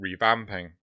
revamping